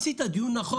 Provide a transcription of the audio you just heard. עשית דיון נכון.